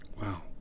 wow